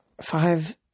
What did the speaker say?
Five